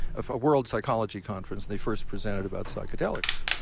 of a world psychology conference, they first presented about psychedelics.